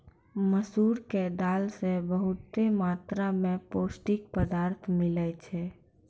मसूर के दालो से बहुते मात्रा मे पौष्टिक पदार्थ मिलै छै